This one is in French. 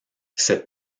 cette